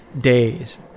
days